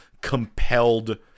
compelled